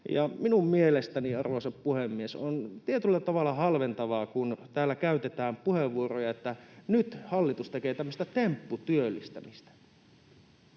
minun mielestäni, arvoisa puhemies, on tietyllä tavalla halventavaa, kun täällä käytetään puheenvuoroja, että nyt hallitus tekee tämmöistä tempputyöllistämistä.